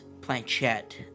planchette